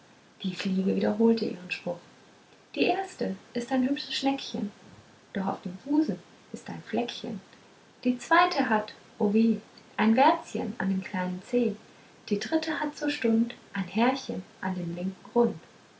die fliege wiederholte ihren spruch die erste ist ein hübsches schneckchen doch auf dem busen ist ein fleckchen die zweite hat o weh ein wärzchen an dem kleinen zeh die dritte hat zur stund ein härchen an dem linken